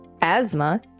asthma